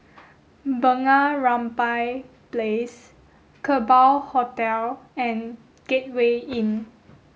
Bunga Rampai Place Kerbau Hotel and Gateway Inn